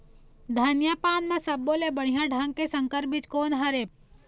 धनिया पान म सब्बो ले बढ़िया ढंग के संकर बीज कोन हर ऐप?